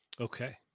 okay